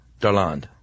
Darland